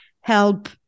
help